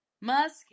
Musk